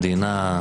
מדינה,